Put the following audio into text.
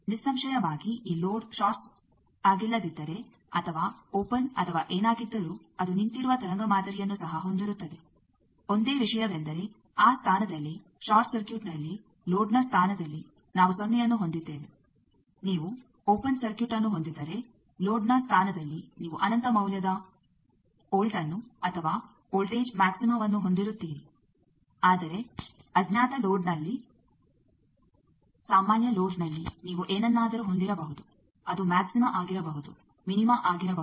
ನಿಸ್ಸಂಶಯವಾಗಿ ಈ load short ಆಗಿಲ್ಲದಿದ್ದರೆ ಅಥವಾ ಓಪೆನ್ ಅಥವಾ ಏನಾಗಿದ್ದರೂ ಅದು ನಿಂತಿರುವ ತರಂಗ ಮಾದರಿಯನ್ನು ಸಹ ಹೊಂದಿರುತ್ತದೆ ಒಂದೇ ವಿಷಯವೆಂದರೆ ಆ ಸ್ಥಾನದಲ್ಲಿ ಷಾರ್ಟ್ ಸರ್ಕ್ಯೂಟ್ನಲ್ಲಿ ಲೋಡ್ನ ಸ್ಥಾನದಲ್ಲಿ ನಾವು ಸೊನ್ನೆಯನ್ನು ಹೊಂದಿದ್ದೇವೆ ನೀವು ಓಪೆನ್ ಸರ್ಕ್ಯೂಟ್ಅನ್ನು ಹೊಂದಿದ್ದರೆ ಲೋಡ್ನ ಸ್ಥಾನದಲ್ಲಿ ನೀವು ಅನಂತ ಮೌಲ್ಯದ ವೋಲ್ಟ್ಅನ್ನು ಅಥವಾ ವೋಲ್ಟೇಜ್ ಮ್ಯಾಕ್ಸಿಮವನ್ನು ಹೊಂದಿರುತ್ತೀರಿ ಆದರೆ ಅಜ್ಞಾತ ಲೋಡ್ನಲ್ಲಿ ಸಾಮಾನ್ಯ ಲೋಡ್ನಲ್ಲಿ ನೀವು ಏನನ್ನಾದರೂ ಹೊಂದಿರಬಹುದು ಅದು ಮ್ಯಾಕ್ಸಿಮ ಆಗಿರಬಹುದು ಮಿನಿಮ ಆಗಿರಬಹುದು